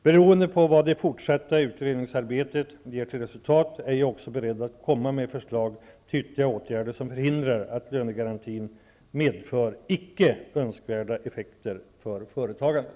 Beroende på vad det fortsatta utredningsarbetet ger till resultat är jag också beredd att komma med förslag till ytterligare åtgärder som förhindrar att lönegarantin medför icke önskvärda effekter för företagandet.